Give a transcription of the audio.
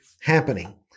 happening